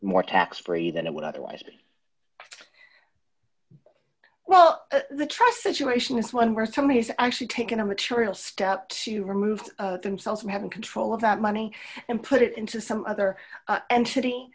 more tax free than it would otherwise be well the trust situation is one where somebody is actually taking a material step to remove themselves from having control of that money and put it into some other